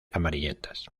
amarillentas